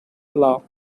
law